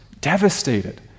Devastated